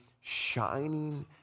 shining